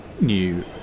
new